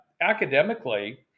academically